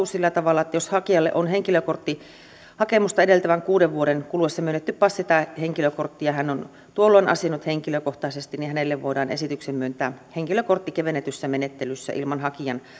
tapahtuu sillä tavalla että jos hakijalle on henkilökorttihakemusta edeltävän kuuden vuoden kuluessa myönnetty passi tai henkilökortti ja hän on tuolloin asioinut henkilökohtaisesti niin hänelle voidaan esityksen mukaan myöntää henkilökortti kevennetyssä menettelyssä ilman hakijan